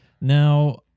now